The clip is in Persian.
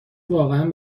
واقعا